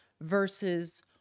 versus